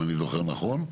אם אני זוכר נכון.